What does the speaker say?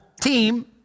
team